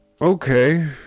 Okay